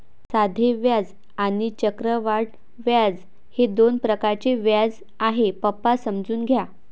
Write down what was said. साधे व्याज आणि चक्रवाढ व्याज हे दोन प्रकारचे व्याज आहे, पप्पा समजून घ्या